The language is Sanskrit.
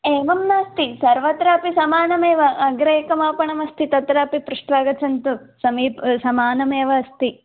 एवं नास्ति सर्वत्रापि समानमेव अग्रे एकमापणमस्ति तत्रापि पृष्ट्वा आगच्छन्तु समीप् समानमेव अस्ति